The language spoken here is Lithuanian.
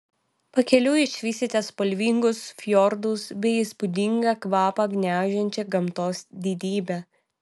pakeliui išvysite spalvingus fjordus bei įspūdingą kvapą gniaužiančią gamtos didybę